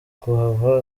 kuhava